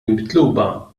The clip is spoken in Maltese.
mitluba